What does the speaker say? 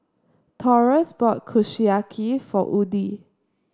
Taurus bought Kushiyaki for Woodie